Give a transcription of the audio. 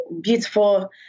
beautiful